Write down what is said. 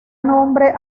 nombre